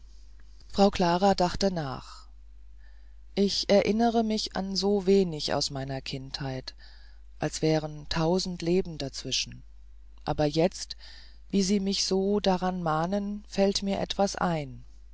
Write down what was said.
frau klara dachte nach ich erinnere mich an so weniges aus meiner kindheit als wären tausend leben dazwischen aber jetzt wie sie mich so daran mahnen fällt mir etwas ein